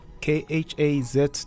k-h-a-z